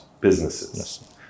businesses